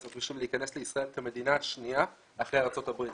בכבישים להיכנס לישראל כמדינה שנייה אחרי ארצות הברית.